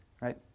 Right